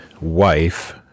wife